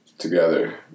together